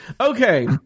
Okay